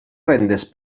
rendes